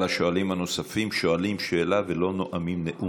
לשואלים הנוספים: שואלים שאלה ולא נואמים נאום.